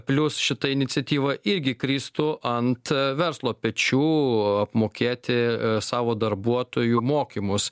plius šita iniciatyva irgi kristų ant verslo pečių apmokėti savo darbuotojų mokymus